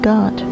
God